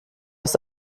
ist